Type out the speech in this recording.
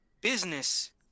Business